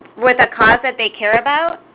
with a cause that they care about.